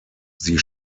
sie